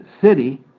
city